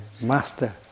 master